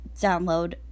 download